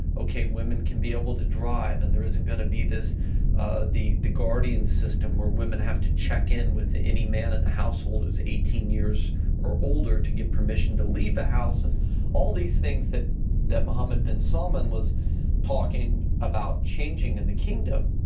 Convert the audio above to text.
okay, women can be able to drive and there isn't gonna be the the guardian system where women have to check in with any man in the household who's eighteen years or older to get permission to leave the house. and all these things that that mohammad bin salman was talking about changing in the kingdom,